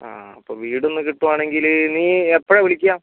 ആ അപ്പോൾ വീട് ഒന്ന് കിട്ടുവാണെങ്കിൽ നീ എപ്പോഴാണ് വിളിക്കുക